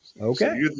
Okay